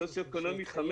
אשכול סוציו-אקונומי 5,